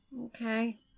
Okay